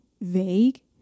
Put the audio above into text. vague